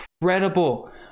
incredible